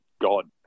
god